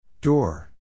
Door